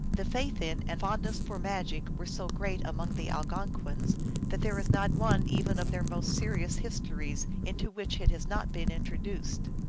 the faith in and fondness for magic were so great among the algonquins that there is not one even of their most serious histories into which it has not been introduced.